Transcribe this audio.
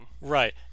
Right